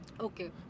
Okay